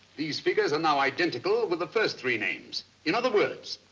these figures are now identical with the first three names. in other words,